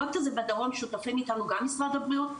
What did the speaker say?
הפרויקט הזה בדרום שותפים איתנו גם משרד הבריאות,